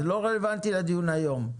הבריאות --- לא רלוונטי לדיון היום.